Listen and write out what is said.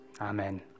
Amen